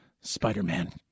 Spider-Man